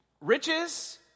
riches